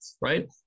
right